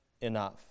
enough